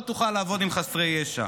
לא תוכל לעבוד עם חסרי ישע.